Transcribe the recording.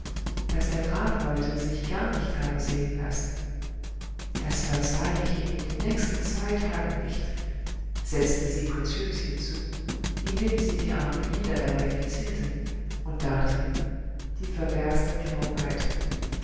daß der graf heute sich gar nicht habe sehen lassen das verzeihe ich ihm in den nächsten zwei tagen nicht setzte sie preziös hinzu indem sie die arme ida dabei fixierte und dachte die